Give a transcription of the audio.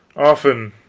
often,